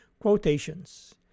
Quotations